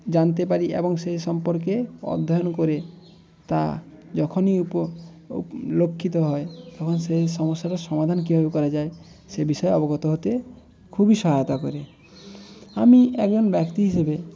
জানতে পারি এবং সেই সম্পর্কে অধ্যয়ন করি তা যখনই উপ লক্ষিত হয় তখন সেই সমস্যাটার সমাধান কীভাবে করা যায় সেই বিষয়ে অবগত হতে খুবই সহায়তা করে আমি একজন ব্যক্তি হিসাবে